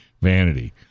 vanity